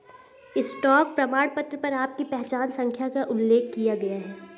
stock प्रमाणपत्र पर आपकी पहचान संख्या का उल्लेख किया गया है